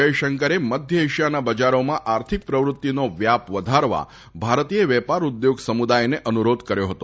જયશંકરે મધ્ય એશિયાના બજારોમાં આર્થિક પ્રવૃત્તિનો વ્યાપ વધારવા ભારતીય વેપાર ઉદ્યોગ સમુદાયને અનુરોધ કર્યો હતો